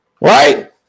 Right